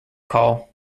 call